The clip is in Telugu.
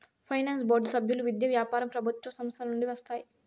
ఫైనాన్స్ బోర్డు సభ్యులు విద్య, వ్యాపారం ప్రభుత్వ సంస్థల నుండి వస్తారు